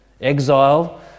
Exile